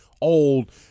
old